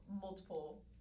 multiple